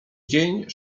dzień